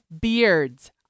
beards